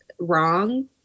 wrong